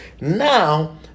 now